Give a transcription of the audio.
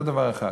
זה דבר אחד.